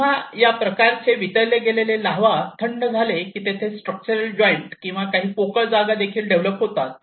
जेव्हा या प्रकारचे वितळले गेलेले लावा थंड झाले की तेथे स्ट्रक्चरल जॉईंट किंवा काही पोकळ जागा देखील डेव्हलप होतात